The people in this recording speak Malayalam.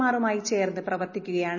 ആറുമായി ചേർന്ന് പ്രവർത്തിക്കുകയാണ്